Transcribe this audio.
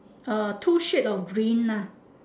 uh two shade of green ah